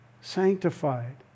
sanctified